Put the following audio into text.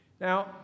Now